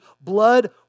blood